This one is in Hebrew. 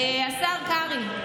השר קרעי,